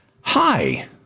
Hi